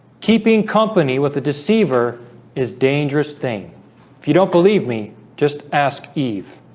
keeping company with the deceiver is dangerous thing. if you don't believe me just ask eve